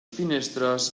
finestres